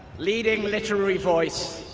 leading literary voice,